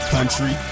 Country